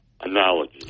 analogy